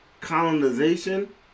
colonization